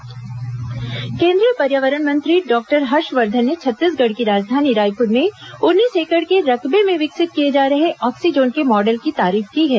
oxyzone प्रदर्शनी केंद्रीय पर्यावरण मंत्री डॉक्टर हर्षवर्धन ने छत्तीसगढ़ की राजधानी रायपुर में उन्नीस एकड़ के रकबे में विकसित किए जा रहे ऑक्सीजोन के मॉडल की तारीफ की है